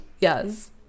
yes